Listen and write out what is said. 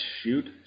shoot